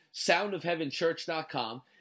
soundofheavenchurch.com